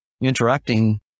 interacting